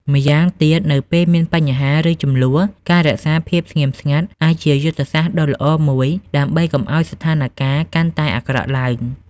ម្យ៉ាងទៀត នៅពេលមានបញ្ហា ឬជម្លោះ ការរក្សាភាពស្ងៀមស្ងាត់អាចជាយុទ្ធសាស្ត្រដ៏ល្អមួយ ដើម្បីកុំឱ្យស្ថានការណ៍កាន់តែអាក្រក់ឡើង។